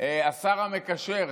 השר המקשר,